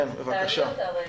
בבקשה.